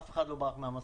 אף אחד לא ברח מהמשא-ומתן.